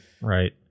right